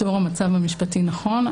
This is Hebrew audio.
תיאור המצב המשפטי נכון.